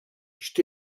phd